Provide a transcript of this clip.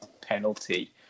penalty